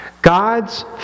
God's